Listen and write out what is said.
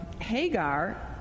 Hagar